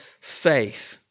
faith